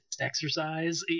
exercise